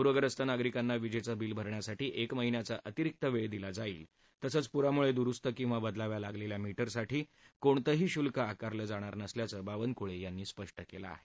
पूरग्रस्त नागरिकांना वीजेचं बील भरण्यासाठी एक महिन्याचा अतिरिक्त वेळ दिला जाईल तसंच पुरामुळे दुरुस्त किंवा बदलाव्या लागलेल्या मीटरसाठी कोणतंही शुल्क आकारलं जाणार नसल्याचंही बावनकुळे यांनी स्पष्ट केलं आहे